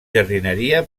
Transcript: jardineria